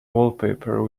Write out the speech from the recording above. wallpaper